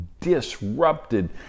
disrupted